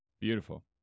Beautiful